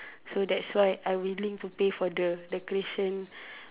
so that's why I willing to pay for the decoration